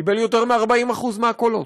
קיבל יותר מ-40% מהקולות,